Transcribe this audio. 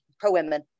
pro-women